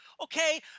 Okay